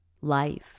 life